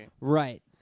Right